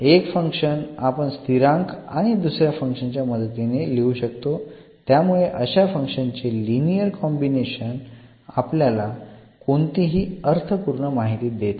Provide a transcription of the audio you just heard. एक फंक्शन आपण स्थिरांक आणि दुसऱ्या फंक्शनच्या च्या मदतीने लिहू शकतो त्यामुळे अशा फंक्शन्स चे लिनिअर कॉम्बिनेशन आपल्याला कोणतीही अर्थपूर्ण माहिती देत नाही